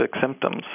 symptoms